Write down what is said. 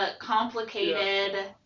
complicated